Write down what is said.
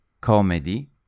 comedy